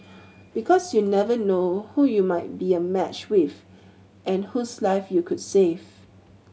because you never know who you might be a match with and whose life you could save